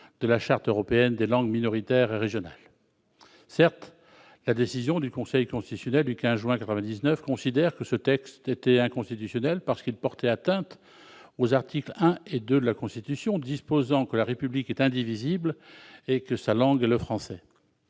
de la Charte européenne des langues minoritaires et régionales. Certes, la décision du Conseil constitutionnel en date du 15 juin 1999 considère que ce texte était inconstitutionnel parce qu'il portait atteinte aux articles 1et 2 de la Constitution, disposant que la République est indivisible et que sa langue est le français.